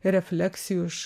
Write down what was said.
refleksijų iš